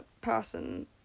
person